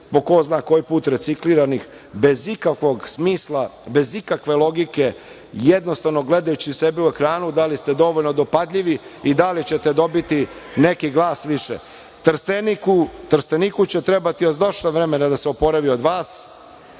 po ko zna koji put recikliranih, bez ikakvog smisla, bez ikakve logike, jednostavno, gledajući sebe u ekranu da li ste dovoljno dopadljivi i da li ćete dobiti neki glas više. Trsteniku će trebati još dosta vremena da se oporavi od vas,